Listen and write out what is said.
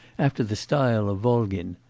after the style of volgin.